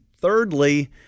thirdly